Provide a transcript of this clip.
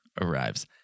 arrives